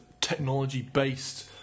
technology-based